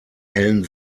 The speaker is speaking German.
hellen